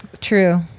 true